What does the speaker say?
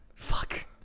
Fuck